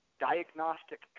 diagnostic